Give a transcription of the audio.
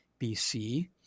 BC